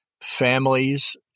families